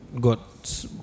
got